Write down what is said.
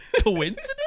coincidence